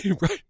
right